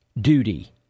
Duty